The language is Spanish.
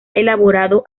elaborado